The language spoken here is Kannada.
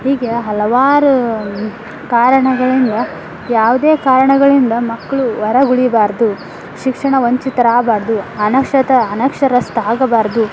ಹೀಗೆ ಹಲವಾರು ಕಾರಣಗಳಿಂದ ಯಾವುದೇ ಕಾರಣಗಳಿಂದ ಮಕ್ಕಳು ಹೊರಗುಳಿಬಾರ್ದು ಶಿಕ್ಷಣ ವಂಚಿತರಾಗ್ಬಾರ್ದು ಅನಕ್ಷತ ಅನಕ್ಷರಸ್ಥ ಆಗಬಾರದು